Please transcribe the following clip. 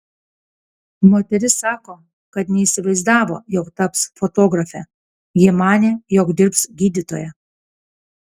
moteris sako kad neįsivaizdavo jog taps fotografe ji manė jog dirbs gydytoja